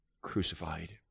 crucified